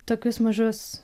tokius mažus